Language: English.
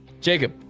Jacob